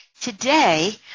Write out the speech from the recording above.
Today